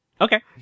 Okay